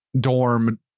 dorm